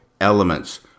elements